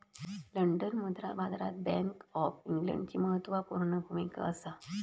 London मुद्रा बाजारात bank of इंग्लंडची म्हत्त्वापूर्ण भुमिका असा